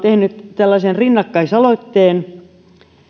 tehneet tällaisen rinnakkaisaloitteen